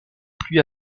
plus